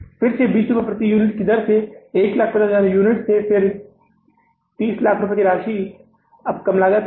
फिर से 20 रुपये प्रति यूनिट की दर से 150000 यूनिट फिर से 30 लाख की राशि अब कम लागत है